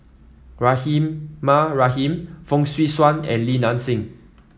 Rahimah Rahim Fong Swee Suan and Li Nanxing